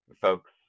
folks